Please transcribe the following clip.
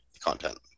content